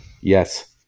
Yes